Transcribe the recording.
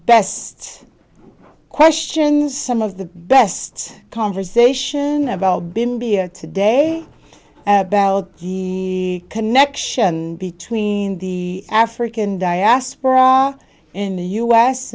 best questions some of the best conversation about been beer today about the connection between the african diaspora in the u